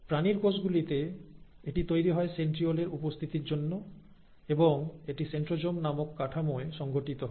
প্রাণীর কোষ গুলিতে এটি তৈরি হয় সেন্ট্রিওল এর উপস্থিতির জন্য এবং এটি সেন্ট্রোজোম নামক কাঠামোয় সংঘটিত হয়